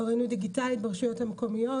ראינו את הדיגיטליות ברשויות המקומיות.